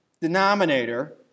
denominator